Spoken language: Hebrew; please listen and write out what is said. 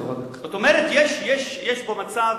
זאת אומרת שיש פה מצב